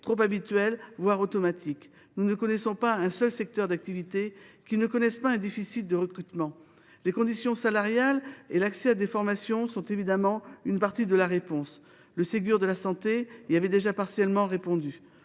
trop habituelle, voire automatique. Nous ne connaissons pas un seul secteur d’activité qui ne connaisse pas un déficit de recrutement… Les conditions salariales et l’accès à des formations sont évidemment une partie de la réponse. Le Ségur de la santé y avait déjà partiellement répondu.